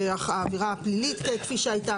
העבירה הפלילית כפי שהייתה.